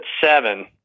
seven